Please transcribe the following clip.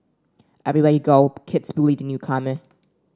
everywhere you go kids bully the newcomer